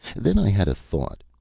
then i had a thought.